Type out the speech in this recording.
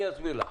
אני אסביר לך.